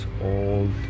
old